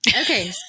Okay